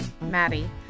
Maddie